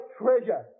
treasure